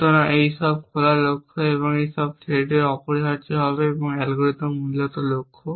সুতরাং এই সব খোলা লক্ষ্য এবং এই থ্রেডর জন্য অপরিহার্যভাবে এবং অ্যালগরিদম মূলত লক্ষ্য